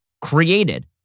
created